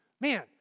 man